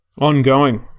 ongoing